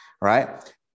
right